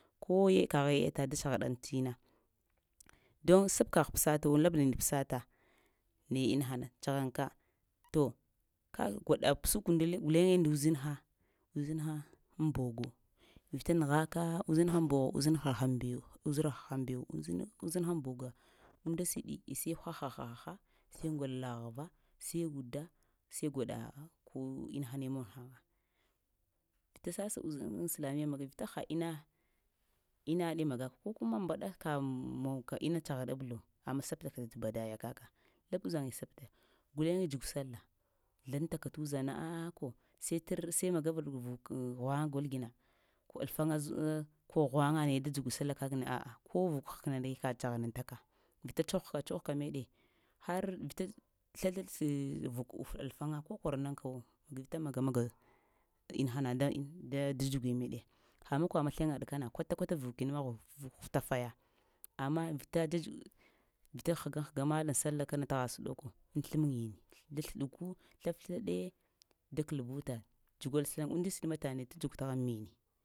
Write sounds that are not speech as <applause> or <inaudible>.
Ko ye kaghe yata, da tsaghaɗaŋ tina, doŋ sab-kəgh kusa tə und labla neɗ pəsata naya inahaya tsaghanaŋ ka to, kə gwaɗa pəsuk nda li guleŋe nda uzinha, uzinha aŋ bogo vita nəghaka uzinha aŋ bog-uzinha ha həŋ beɗu uzinharha bew, uzinhay bogo unda siɗi sai ha-ha-ha-ha sai ŋgalagh va sai wudda sai gwaɗa mog inahana mon həŋ vita sasa zəda-vita sasa uzaŋ aŋ islamiya mag, vita ha inna-inna ne maga, ko kuma mbaɗa ka mog ka inna tsaghaɗab lo amma sabtaka to badaya kaka lab uzaŋ sab-ɗe guleŋe dzug sallah, zləŋtaka tu uzaŋna a'a ko sai tar sai magab'ɗ vukəŋ ghwaŋa gol gina ko alfaŋa, ko ghwaŋa naye da dzuguɗ sallahna a'a ko vuk həkna ɗe ka tsaghanaŋtaka vita tsoghka-tsoghka meɗe har vita da slə-slə <unintelligible> vuk ufaɗa, al-faŋa ko kwaranaŋ kawo vita maga tə inaha na da-da dzugwi meɗe, ha makwa masleŋaɗ kana kwata-kwata vukin ma hutafaya amma vita dzadz, vita həŋhəga-ma sallah təgha səɗoko aŋ sləmiŋni da sləɗuku ko slef-sliya ɗe da kalavuta dzugwal sal umnda siɗ ma taŋ neɗ ta dzug təghŋ va mini,